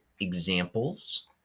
examples